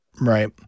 Right